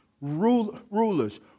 rulers